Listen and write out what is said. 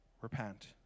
repent